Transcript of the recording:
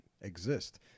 exist